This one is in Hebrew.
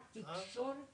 "גם קורא